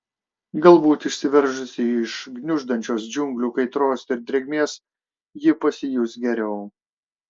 galbūt išsiveržusi iš gniuždančios džiunglių kaitros ir drėgmės ji pasijus geriau